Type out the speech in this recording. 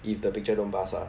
if the picture don't bust lah